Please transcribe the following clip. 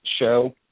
show